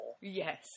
Yes